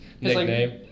nickname